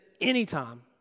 anytime